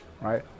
right